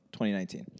2019